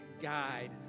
guide